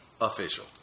official